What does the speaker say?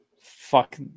fuck